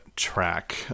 track